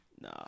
Nah